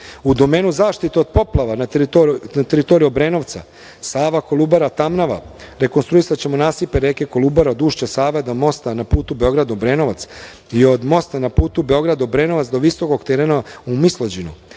domenu zaštite od poplava na teritoriji Obrenovca, Sava-Kolubara-Tamnava, rekonstruisaćemo nasipe reke Kolubara od ušća Save do mosta na putu Beograd – Obrenovac i od mosta na putu Beograd – Obrenovac do visokog terena u Mislođinu. Nadalje,